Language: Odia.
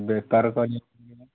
ବେପାର କରି